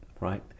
Right